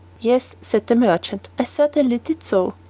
yes, said the merchant, i certainly did so.